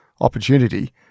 opportunity